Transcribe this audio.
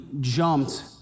jumped